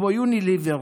כמו יוניליבר.